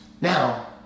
Now